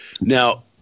Now